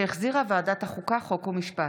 שהחזירה ועדת החוקה, חוק ומשפט.